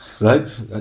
Right